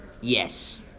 Yes